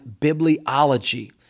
bibliology